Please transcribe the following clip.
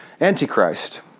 Antichrist